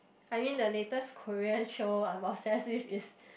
I mean the latest Korean show I'm obsessed with is